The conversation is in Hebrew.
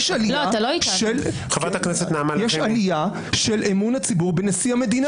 יש עלייה של אמון הציבור בנשיא המדינה.